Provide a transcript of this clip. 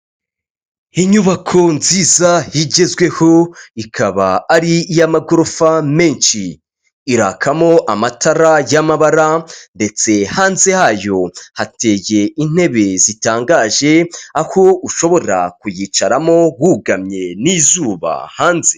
Inyubako nziza igezweho, ikaba ari iy'amagorofa menshi. Irakamo amatara y'amabara ndetse hanze hayo hateye intebe zitangaje, aho ushobora kuyicaramo wugamye n'izuba hanze.